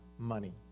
money